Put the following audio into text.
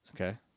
Okay